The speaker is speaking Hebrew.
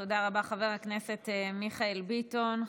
תודה רבה, חבר הכנסת מיכאל ביטון.